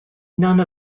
none